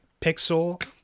Pixel